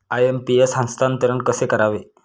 IMPS हस्तांतरण कसे करावे?